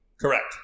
Correct